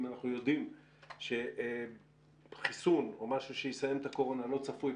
אם אנחנו יודעים שחיסון או משהו שיסיים את הקורונה לא צפוי,